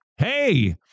Hey